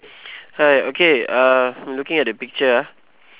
hi okay uh looking at the picture ah